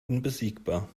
unbesiegbar